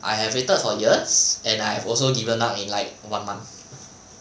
I have waited for years and I have also given up in like one month